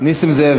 נסים זאב,